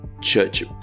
church